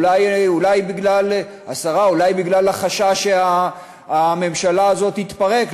אולי בגלל החשש שהממשלה הזאת תתפרק,